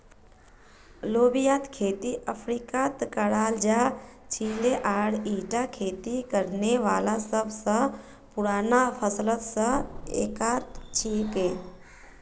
लोबियार खेती अफ्रीकात कराल जा छिले आर ईटा खेती करने वाला सब स पुराना फसलत स एकता छिके